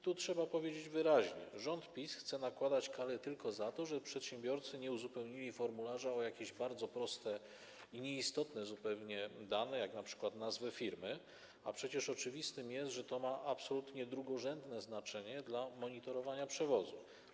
Tu trzeba powiedzieć wyraźnie: rząd PiS chce nakładać kary tylko za to, że przedsiębiorcy nie uzupełnili formularza o jakieś bardzo proste i nieistotne zupełnie dane, jak np. nazwę firmy, a przecież oczywiste jest, że to ma absolutnie drugorzędne znaczenie dla monitorowania przewozów.